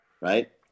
Right